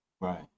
Right